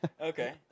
okay